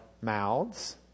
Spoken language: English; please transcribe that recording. mouths